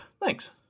thanks